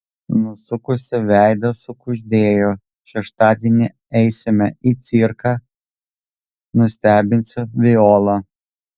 nusukusi veidą sukuždėjo šeštadienį eisime į cirką nustebinsiu violą